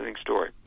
story